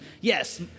yes